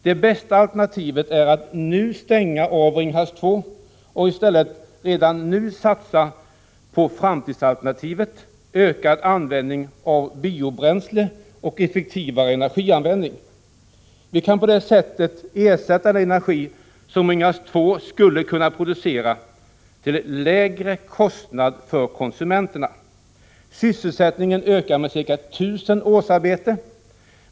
Det bästa alternativet är att nu stänga av Ringhals 2 och i stället redan i dag satsa på framtidsalternativet, ökad användning av biobränsle och effektivare energianvändning. Vi kan på så sätt ersätta den energi som Ringhals 2 skulle ha kunnat producera till lägre kostnad för konsumenterna. Sysselsättningen ökar med ca 1 000 årsarbeten.